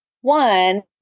One